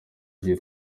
gihe